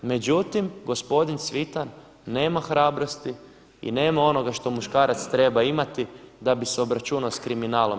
Međutim, gospodin Cvitan nema hrabrosti i nema onoga što muškarac treba imati da bi se obračunao sa kriminalom.